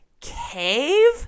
Cave